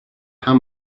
how